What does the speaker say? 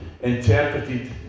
interpreted